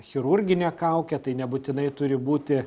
chirurginė kaukė tai nebūtinai turi būti